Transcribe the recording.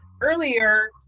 Earlier